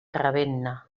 ravenna